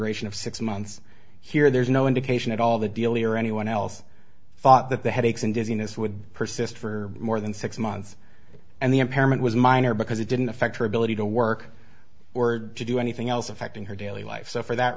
duration of six months here there's no indication at all the deal or anyone else thought that the headaches and dizziness would persist for more than six months and the impairment was minor because it didn't affect her ability to work were to do anything else affecting her daily life so for that